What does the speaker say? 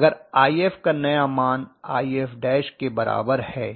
अगर If का नया मान If के बराबर है